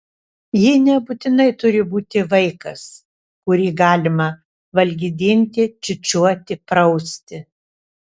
ji nebūtinai turi būti vaikas kurį galima valgydinti čiūčiuoti prausti